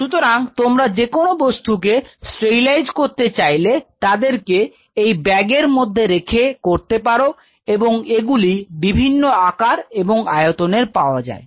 সুতরাং তোমরা যে কোন বস্তুকে স্টেরিলাইজ করতে চাইলে তাদেরকে এই ব্যাগের মধ্যে রেখে করতে পারো এবং এগুলি বিভিন্ন ধরনের আকার এবং আয়তনে পাওয়া যায়